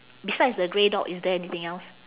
besides the grey dog is there anything else